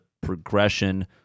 progression